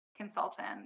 consultant